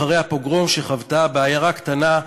אחרי הפוגרום שחוותה בעיירה קטנה,